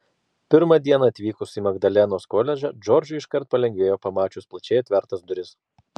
pirmą dieną atvykus į magdalenos koledžą džordžui iškart palengvėjo pamačius plačiai atvertas duris